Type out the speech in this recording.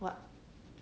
what